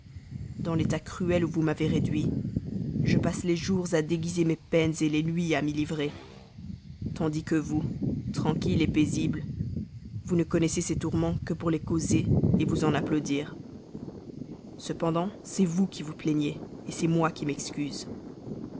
dans l'état cruel où vous m'avez réduit je passe les jours à déguiser mes peines les nuits à m'y livrer tandis que vous tranquille paisible vous ne connaissez ces tourments que pour les causer vous en applaudir cependant c'est vous qui vous plaignez c'est moi qui m'excuse